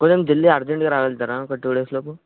కొంచెం జల్ది అర్జెంటుగా రాగలుగుతారా ఒక టూ డేస్లోపు